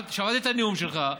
שמעתי את הנאום שלך,